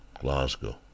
Glasgow